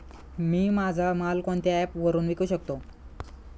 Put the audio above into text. मी माझा माल कोणत्या ॲप वरुन विकू शकतो?